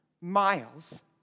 miles